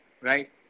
right